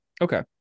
Okay